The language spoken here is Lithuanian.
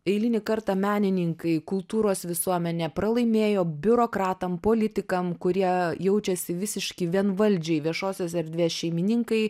eilinį kartą menininkai kultūros visuomenė pralaimėjo biurokratam politikam kurie jaučiasi visiški vienvaldžiai viešosios erdvės šeimininkai